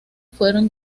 fueron